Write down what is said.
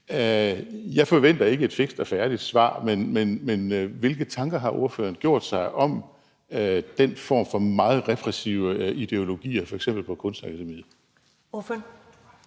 Jeg forventer ikke et fikst og færdigt svar, men hvilke tanker har ordføreren gjort sig om den form for meget repressive ideologier f.eks. på Kunstakademiet? Kl.